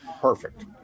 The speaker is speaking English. Perfect